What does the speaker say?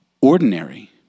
ordinary